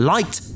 Light